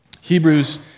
Hebrews